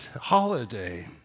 holiday